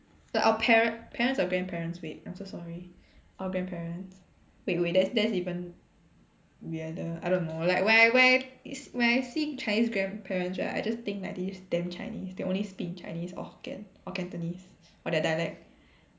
like our pare~ parents or grandparents wait I'm so sorry orh grandparents wait wait that's that's even weirder I don't know like when I when I s~ when I see Chinese grandparents right I just think like they just damn Chinese they only speak in Chinese or Hokkien or Cantonese or their dialect